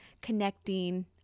connecting